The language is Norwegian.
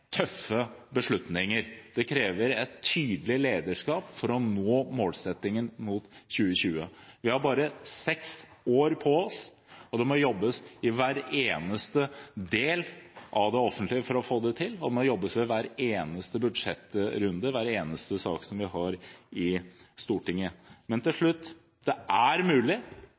et tydelig lederskap for å nå målsettingen mot 2020. Vi har bare seks år på oss, og det må jobbes i hver eneste del av det offentlige for å få det til. Det må jobbes ved hver eneste budsjettrunde, og hver eneste sak vi har i Stortinget. Så til slutt: Det er mulig